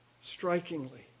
Strikingly